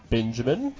Benjamin